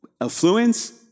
Affluence